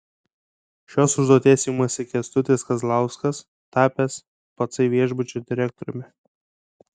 šios užduoties imasi kęstutis kazlauskas tapęs pacai viešbučio direktoriumi